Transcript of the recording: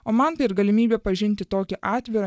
o man tai ir galimybė pažinti tokį atvirą